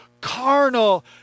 carnal